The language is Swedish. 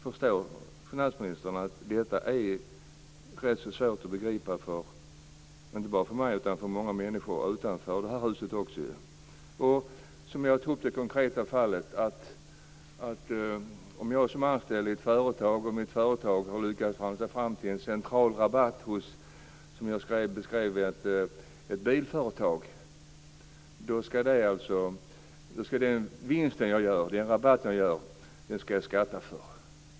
Förstår finansministern att detta är rätt så svårt att begripa inte bara för mig utan också för många människor utanför det här huset? Jag tog upp ett konkret fall. Jag är anställd i ett företag och mitt företag har lyckats förhandla fram en central rabatt hos, som jag beskrev det, ett bilföretag. Då skall den vinst jag gör, den rabatt jag får, beskattas.